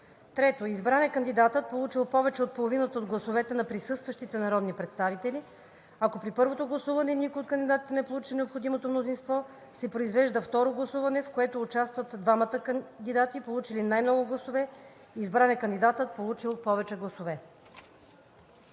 3. Избран е кандидатът, получил повече от половината от гласовете на присъстващите народни представители. Ако при първото гласуване никой от кандидатите не получи необходимото мнозинство, се произвежда второ гласуване, в което участват двамата кандидати, получили най-много гласове. Избран е кандидатът, получил повече гласове.“